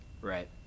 right